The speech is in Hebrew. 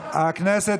2022,